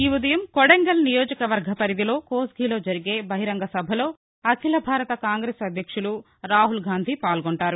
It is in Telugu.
ఈఉదయం కొడంగల్ నియోజకవర్గం పరిధిలో కోస్గిలో జరిగే బహిరంగ సభలో అఖిల భారత కాంగ్రెస్ అధ్యక్షులు రాహుల్ గాంధీ పాల్గొంటారు